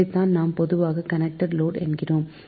இதைத்தான் நாம் பொதுவாக கனெக்டெட் லோடு என்கிறோம்